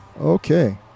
Okay